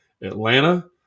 Atlanta